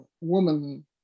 woman